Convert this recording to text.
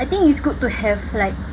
I think it's good to have like